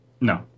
no